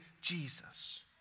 Jesus